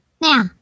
Now